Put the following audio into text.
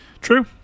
true